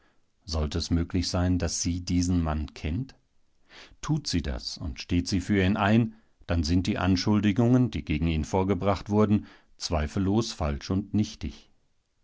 sollte es möglich sein daß sie diesen mann kennt tut sie das und steht sie für ihn ein dann sind die anschuldigungen die gegen ihn vorgebracht wurden zweifellos falsch und nichtig